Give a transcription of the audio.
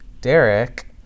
Derek